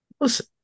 Listen